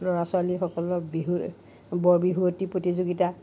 ল'ৰা ছোৱালীসকলৰ বিহু বৰ বিহুৱতী প্ৰতিযোগিতা